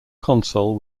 console